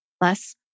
Less